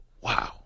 Wow